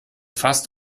fast